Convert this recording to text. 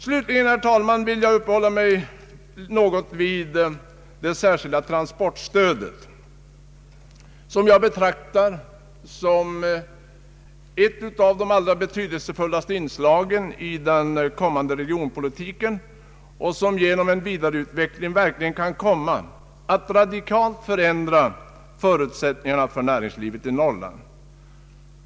Slutligen vill jag, herr talman, något uppehålla mig vid frågan om det särskilda transportstödet, som jag betraktar som ett av de betydelsefullaste inslagen i den kommande regionpolitiken och som genom en vidareutveckling verkligen kan komma att radikalt förändra näringslivets förutsättningar i Norrland.